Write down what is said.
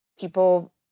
people